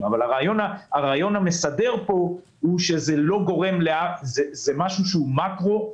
הרעיון המסדר פה הוא שזה משהו שהוא מקרו.